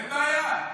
אין בעיה.